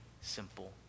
simple